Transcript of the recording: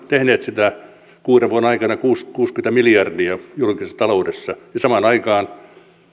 tehneet sitä kuuden vuoden aikana kuusikymmentä miljardia julkisessa taloudessa ja samaan aikaan